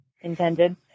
intended